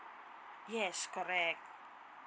yes correct